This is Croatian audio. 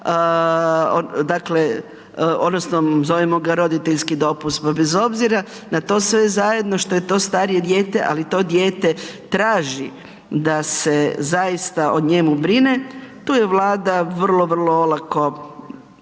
dakle odnosno zovemo ga roditeljski dopust, pa bez obzira na to sve zajedno što je to starije dijete ali to dijete traži da se zaista o njemu brine. Tu je Vlada vrlo, vrlo olako